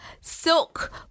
silk